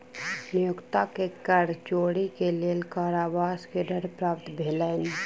नियोक्ता के कर चोरी के लेल कारावास के दंड प्राप्त भेलैन